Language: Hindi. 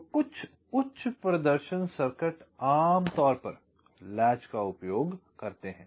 तो कुछ उच्च प्रदर्शन सर्किट आमतौर पर लैच का उपयोग करते हैं